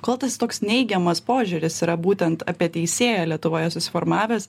kol tas toks neigiamas požiūris yra būtent apie teisėją lietuvoje susiformavęs